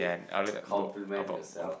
to compliment yourself